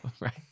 Right